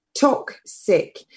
Toxic